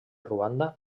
ruanda